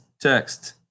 text